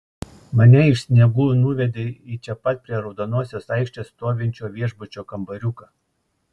mane iš sniegų nuvedė į čia pat prie raudonosios aikštės stovinčio viešbučio kambariuką